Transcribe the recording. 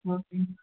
okay